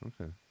Okay